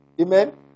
Amen